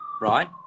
right